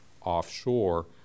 offshore